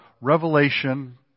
Revelation